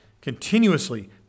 continuously